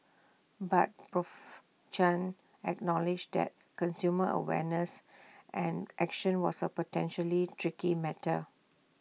but Prof Chen acknowledged that consumer awareness and action was A potentially tricky matter